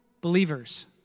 believers